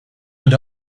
and